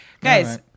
guys